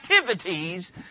activities